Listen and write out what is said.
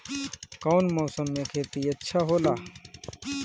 कौन मौसम मे खेती अच्छा होला?